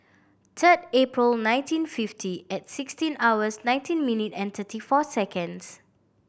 third April nineteen fifty at sixteen hours nineteen minute and thirty four seconds